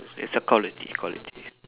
it's the quality quality